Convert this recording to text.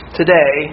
today